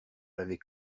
l’avait